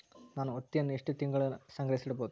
ನಾನು ಹತ್ತಿಯನ್ನ ಎಷ್ಟು ತಿಂಗಳತನ ಸಂಗ್ರಹಿಸಿಡಬಹುದು?